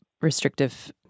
restrictive